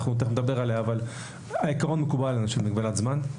תכף נדבר עליה אבל העקרון של מגבלת זמן מקובל עלינו.